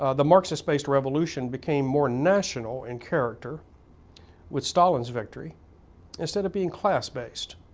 ah the marxist-based revolution became more national in character with stalin's victory instead of being class-based,